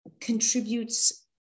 contributes